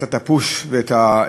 הבאת את הפוש ואת,